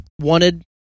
wanted